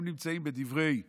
הם נמצאים בדברי הנביאים,